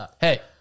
Hey